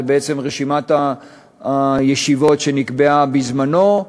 זו בעצם רשימת הישיבות שנקבעה בזמנו,